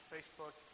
Facebook